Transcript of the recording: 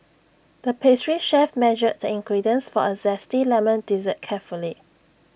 the pastry chef measured the ingredients for A Zesty Lemon Dessert carefully